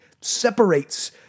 separates